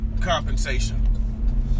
compensation